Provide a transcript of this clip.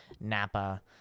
Napa